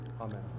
amen